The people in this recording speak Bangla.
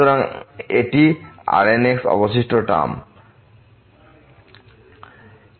সুতরাং এটি Rn অবশিষ্ট টার্ম Rnxxn1n1